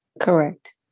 Correct